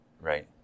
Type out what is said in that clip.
Right